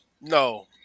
No